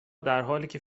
درحالیکه